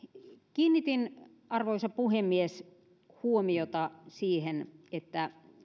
kiinnitin arvoisa puhemies huomiota siihen että